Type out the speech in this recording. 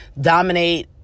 dominate